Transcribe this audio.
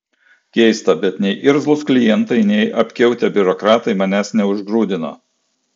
keista bet nei irzlūs klientai nei apkiautę biurokratai manęs neužgrūdino